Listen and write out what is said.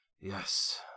Yes